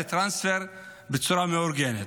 זה טרנספר בצורה מאורגנת.